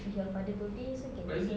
if your father birthday you also can take